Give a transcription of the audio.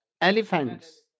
elephants